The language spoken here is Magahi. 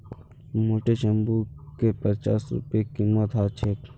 मोटे चेकबुकेर पच्चास रूपए कीमत ह छेक